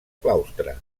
claustre